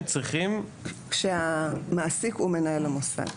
הם צריכים --- כשהמעסיק הוא מנהל המוסד.